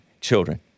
children